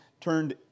turned